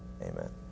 amen